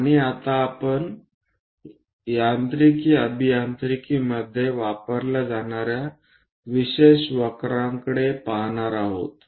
आणि आता आपण यांत्रिकी अभियांत्रिकीमध्ये वापरल्या जाणार्या विशेष वक्रांकडे पाहणार आहोत